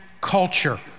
culture